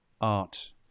art